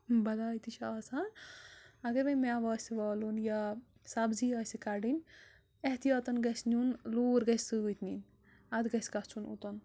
بلاے تہِ چھِ آسان اَگر ونہِ مٮ۪وٕ آسہِ والُن یا سبزی آسہِ کَڑٕنۍ احتِیاطَن گژھِ نیُن لوٗر گژھِ سۭتۍ نِنۍ اَدٕ گَژھِ گَژھُن اوٚتُن